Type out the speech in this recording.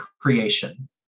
creation